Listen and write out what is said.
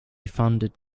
founded